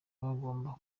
bagomba